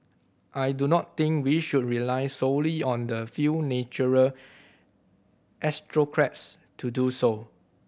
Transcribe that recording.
I do not think we should rely solely on the few natural to do so